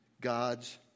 God's